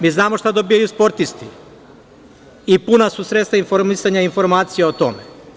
Mi znamo šta dobijaju sportisti i puna su sredstva informisanja informacija o tome.